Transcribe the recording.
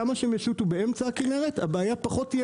כמה שהם ישוטו באמצע הכנרת הבעיה פחות תהיה